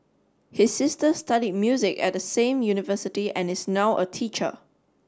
his sister study music at the same university and is now a teacher